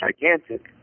gigantic